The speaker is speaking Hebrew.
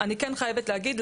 אני כן חייבת להגיד,